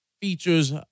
features